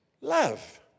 love